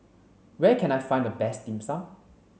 where can I find the best dim sum